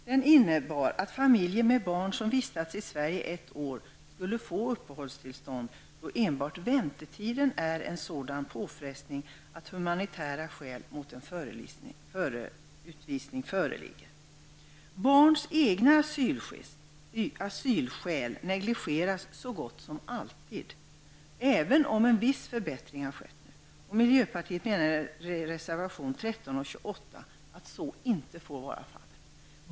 Den innebar att familjer med barn som vistats i Sverige ett år skulle få uppehållstillstånd, då enbart väntetiden är en sådan påfrestning att humanitära skäl mot en utvisning föreligger. Barns egna asylskäl negligeras så gott som alltid, även om en viss förbättring nu har skett. Miljöpartiet menar i reservationerna 13 och 28 att så inte får vara fallet.